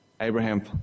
Abraham